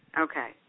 Okay